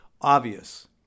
obvious